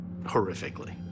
horrifically